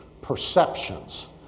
perceptions